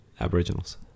aboriginals